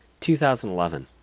2011